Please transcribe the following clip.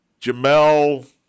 Jamel